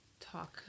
talk